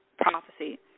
prophecy